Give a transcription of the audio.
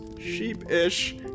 Sheepish